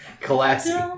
Classy